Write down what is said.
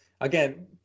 Again